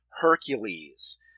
Hercules